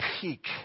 peak